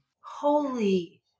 Holy